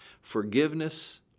Forgiveness